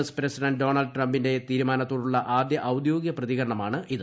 S president Donald ട്രംപിന്റെ തീരുമാനത്തോടുള്ള ആദ്യ ഔദ്യോഗിക പ്രതികരണമാണ് ഇത്